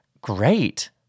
Great